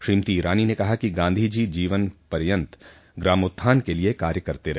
श्रीमती ईरानी ने कहा गांधी जी जीवन पर्यन्त ग्रामोत्थान के लिए कार्य करते रहे